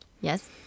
Yes